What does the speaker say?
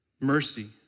Mercy